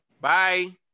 Bye